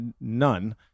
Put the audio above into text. none